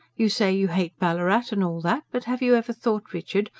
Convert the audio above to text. you say you hate ballarat, and all that, but have you ever thought, richard,